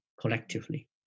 collectively